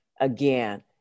again